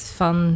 van